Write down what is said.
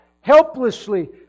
helplessly